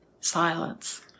silence